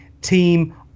team